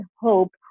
hope